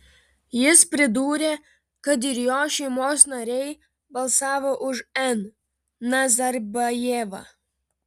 jis pridūrė kad ir jo šeimos nariai balsavo už n nazarbajevą